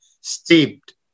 steeped